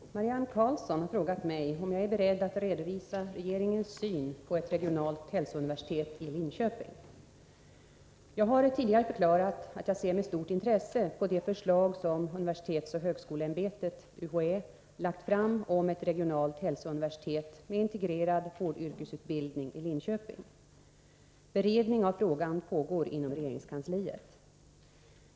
Herr talman! Marianne Karlsson har frågat mig om jag är beredd att redovisa regeringens syn på ett regionalt hälsouniversitet i Linköping. Jag har tidigare förklarat att jag ser med stort intresse på det förslag som universitetsoch högskoleämbetet lagt fram om ett regionalt hälsouniversitet med integrerad vårdyrkesutbildning i Linköping. Beredning av frågan pågår inom regeringskansliet.